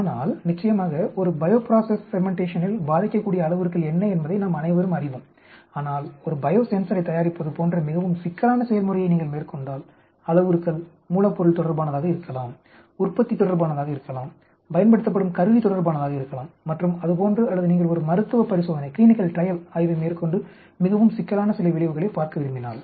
ஆனால் நிச்சயமாக ஒரு பையோப்ராசஸ் ஃபெர்மன்டேஷனில் பாதிக்கக்கூடிய அளவுருக்கள் என்ன என்பதை நாம் அனைவரும் அறிவோம் ஆனால் ஒரு பயோசென்சரை தயாரிப்பது போன்ற மிகவும் சிக்கலான செயல்முறையை நீங்கள் மேற்கொண்டால் அளவுருக்கள் மூலப்பொருள் தொடர்பானதாக இருக்கலாம் உற்பத்தி தொடர்பானதாக இருக்கலாம் பயன்படுத்தப்படும் கருவி தொடர்பானதாக இருக்கலாம் மற்றும் அதுபோன்று அல்லது நீங்கள் ஒரு மருத்துவ பரிசோதனை ஆய்வை மேற்கொண்டு மிகவும் சிக்கலான சில விளைவுகளை பார்க்க விரும்பினால்